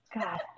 God